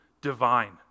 divine